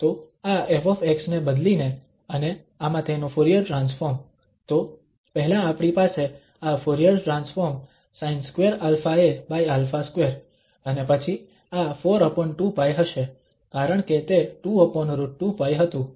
તો આ ƒ ને બદલીને અને આમાં તેનું ફુરીયર ટ્રાન્સફોર્મ તો પહેલા આપણી પાસે આ ફુરીયર ટ્રાન્સફોર્મ sin2αaα2 અને પછી આ 42π હશે કારણ કે તે 2√2π હતું